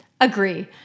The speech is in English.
agree